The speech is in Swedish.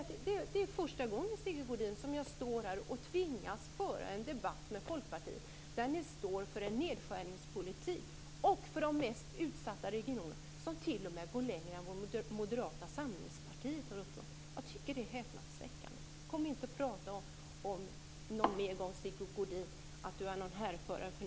Det är första gången som jag tvingas föra en debatt med Folkpartiet där partiet står för en nedskärningspolitik som t.o.m. går längre än vad Moderata samlingspartiet föreslår för de mest utsatta regionerna. Jag tycker att det är häpnadsväckande. Sigge Godin skall inte prata om att han är en härförare för